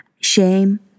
shame